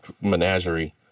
menagerie